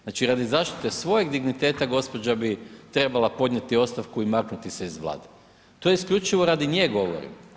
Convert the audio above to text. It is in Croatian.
Znači radi zaštite svojeg digniteta, gospođa bi trebala podnijeti ostavku i maknuti se iz Vlade, to isključivo radi nje govorim.